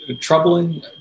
troubling